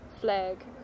flag